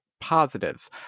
positives